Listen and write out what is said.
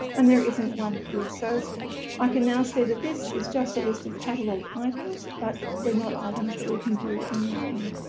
and there isn't one here. so i can now say that this is just a list of catalogued items but they're not items that we can view online.